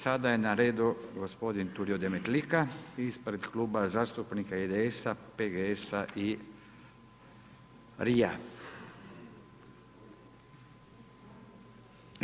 Sada je na redu gospodin Tulio Demetlika ispred Kluba zastupnika IDS, PGS, RI-a.